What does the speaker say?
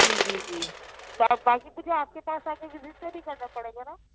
جی جی جی باقی مجھے آپ کے پاس آ کے وزٹ تو نہیں کرنے پڑے گا نہ